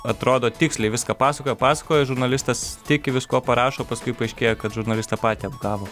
atrodo tiksliai viską pasakojo pasakojo žurnalistas tiki viskuo parašo paskui paaiškėja kad žurnalistą patį apgavo